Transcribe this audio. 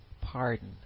pardon